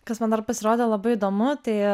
kas man dar pasirodė labai įdomu tai